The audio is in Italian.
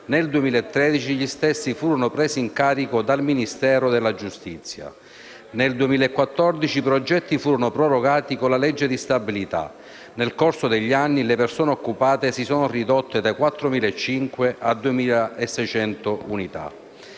nel 2013 gli stessi furono presi in carico dal Ministero della giustizia; nel 2014 i progetti furono prorogati con la legge di stabilità. Nel corso degli anni le persone occupate si sono ridotte da 4.500 a 2.600 unità.